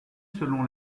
selon